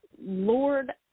Lord